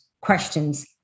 questions